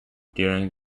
during